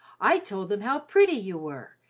i told them how pretty you were,